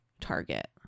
target